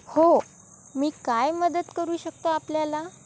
हो मी काय मदत करू शकतो आपल्याला